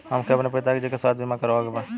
हमके अपने पिता जी के स्वास्थ्य बीमा करवावे के बा?